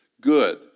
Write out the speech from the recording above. good